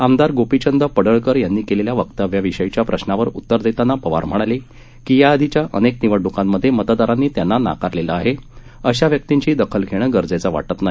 आमदार गोपीचंद पडळकर यांनी केलेल्या वक्तव्याविषयीच्या प्रशावर उत्तर देताना पवार म्हणाले की या आधीच्या अनेक निवडणुकांमधे मतदारांनी त्यांना नाकारलेलं आहे अशा व्यक्तींची दखल घेणं गरजेचं वाटत नाही